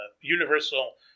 universal